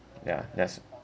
yeah that's